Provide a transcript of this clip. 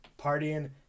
partying